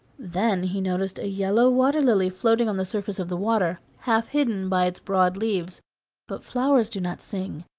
then he noticed a yellow water-lily floating on the surface of the water, half hidden by its broad leaves but flowers do not sing,